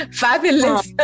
fabulous